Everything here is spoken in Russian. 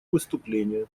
выступление